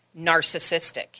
narcissistic